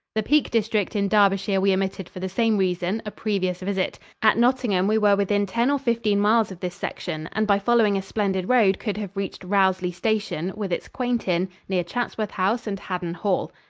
the peak district in derbyshire we omitted for the same reason a previous visit. at nottingham we were within ten or fifteen miles of this section, and by following a splendid road could have reached rowsley station, with its quaint inn, near chatsworth house and haddon hall.